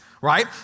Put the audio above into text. right